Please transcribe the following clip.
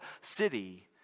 city